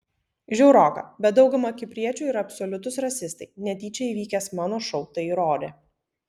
žiauroka bet dauguma kipriečių yra absoliutūs rasistai netyčia įvykęs mano šou tai įrodė